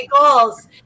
goals